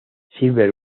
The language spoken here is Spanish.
silver